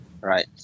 right